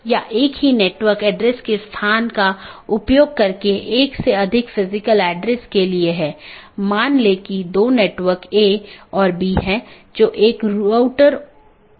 BGP किसी भी transport layer का उपयोग नहीं करता है ताकि यह निर्धारित किया जा सके कि सहकर्मी उपलब्ध नहीं हैं या नहीं